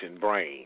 brain